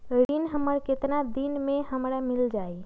ऋण हमर केतना दिन मे हमरा मील जाई?